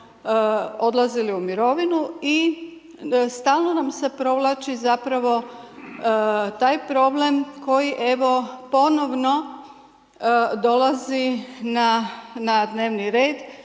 odlazili u mirovinu i stalno nam se provlači zapravo taj problem, koji evo, ponovno dolazi na dnevni red,